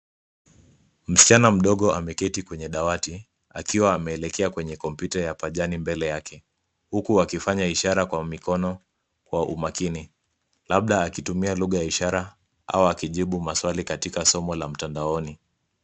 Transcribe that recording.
Msichana mdogo ameketi kwenye dawati akiwa ameelekea kwenye kompyuta ya pajani mbele yake huku akifanya ishara kwa mikono kwa umakini labda akitumia lugha ya ishara au akijibu maswali katika somo la mtandaoni.